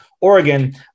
Oregon